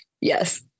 Yes